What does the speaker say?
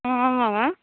ஆ ஆமாங்க